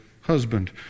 husband